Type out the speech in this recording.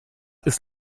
ist